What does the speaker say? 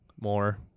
more